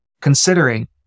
considering